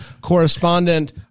correspondent